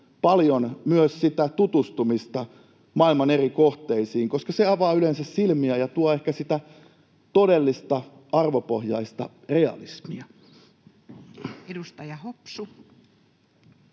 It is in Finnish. paljon myös tutustumista maailman eri kohteisiin, koska se avaa yleensä silmiä ja tuo ehkä sitä todellista arvopohjaista realismia. Edustaja Hopsu.